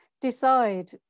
decide